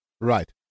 right